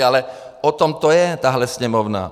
Ale o tom to je, tahle Sněmovna.